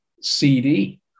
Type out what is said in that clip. CD